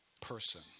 person